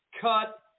cut